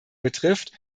betrifft